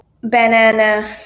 banana